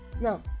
Now